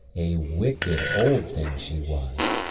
a wicked old thing she was,